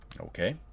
Okay